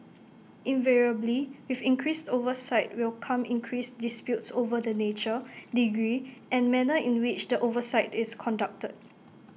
invariably with increased oversight will come increased disputes over the nature degree and manner in which the oversight is conducted